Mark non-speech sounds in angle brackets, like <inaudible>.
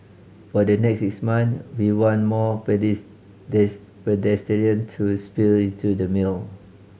for the next six months we want more <unintelligible> pedestrian to spill into the meal